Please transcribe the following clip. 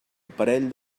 parell